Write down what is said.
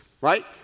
right